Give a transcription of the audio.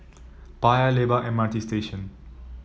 Paya Lebar M R T Station